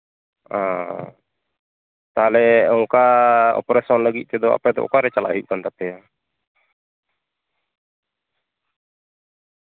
ᱚ ᱛᱟᱦᱞᱮ ᱚᱝᱠᱟ ᱚᱯᱟᱨᱮᱥᱚᱱ ᱞᱟᱹᱜᱤᱫ ᱛᱮᱫᱚ ᱟᱯᱮ ᱫᱚ ᱚᱠᱟᱨᱮ ᱪᱟᱞᱟᱜ ᱦᱩᱭᱩᱜ ᱠᱟᱱ ᱛᱟᱯᱮᱭᱟ